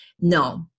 no